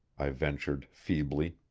i ventured feebly.